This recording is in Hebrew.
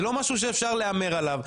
זה לא משהו להמר עליו.